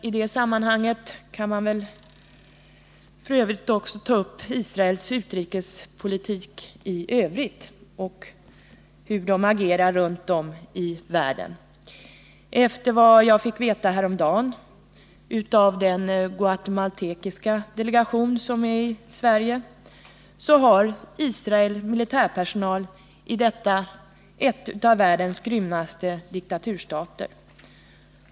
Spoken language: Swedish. I det sammanhanget kan väl också nämnas Israels utrikespolitik i övrigt och hur Israel agerar runt om i världen. Efter vad jag fick veta häromdagen av den guatemalanska delegation som är i Sverige har Israel militärpersonal i Guatemala, en av världens grymmaste diktaturstater.